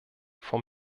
von